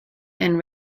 and